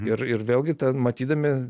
ir ir vėlgi tai matydami